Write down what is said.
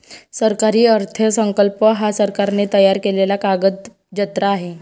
सरकारी अर्थसंकल्प हा सरकारने तयार केलेला कागदजत्र आहे